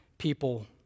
people